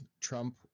Trump